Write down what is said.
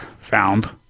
found